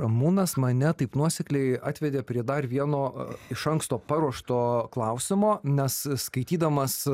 ramūnas mane taip nuosekliai atvedė prie dar vieno iš anksto paruošto klausimo nes skaitydamas